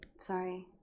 Sorry